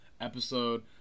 episode